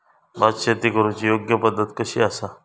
भात शेती करुची योग्य पद्धत कशी आसा?